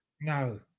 No